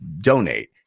donate